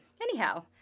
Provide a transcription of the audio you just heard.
Anyhow